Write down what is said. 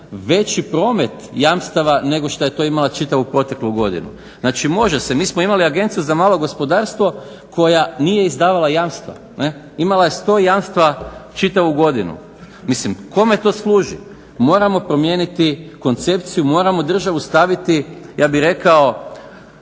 veći promet jamstava nego što je to imala čitavu proteklu godinu. Znači može se. Mi smo imali Agenciju za malo gospodarstvo koja nije izdavala jamstva ne'. Imala je 100 jamstva čitavu godinu. Mislim, kome to služi? Moramo promijeniti koncepciju, moramo državu staviti ja bih rekao